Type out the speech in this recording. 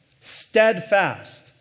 steadfast